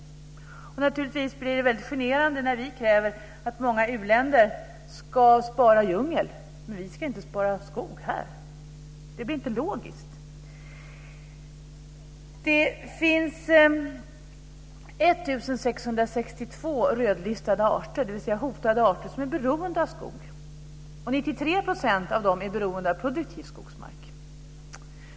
Det blir naturligtvis väldigt generande när vi kräver att många u-länder ska spara djungel men inte att vi ska spara skog här. Det blir inte logiskt. Det finns 1 662 rödlistade arter, dvs. hotade arter, som är beroende av skog. 93 % av dem är beroende av produktiv skogsmark.